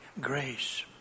grace